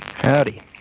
Howdy